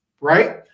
right